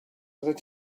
oeddet